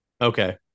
Okay